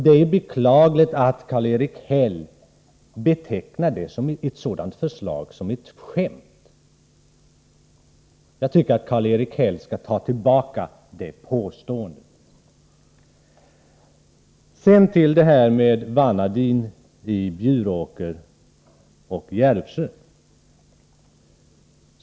Det är beklagligt att Karl-Erik Häll betecknar ett sådant förslag som ett skämt. Karl-Erik Häll borde ta tillbaka sitt påstående. Sedan till frågan om vanadin i Bjuråker och Järvsö.